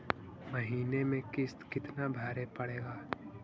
महीने में किस्त कितना भरें पड़ेगा?